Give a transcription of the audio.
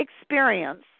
experience